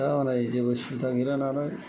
दा हनै जेबो सुबिदा गैलानालाय